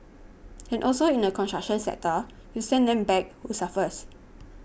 and also in the construction sector you send them back who suffers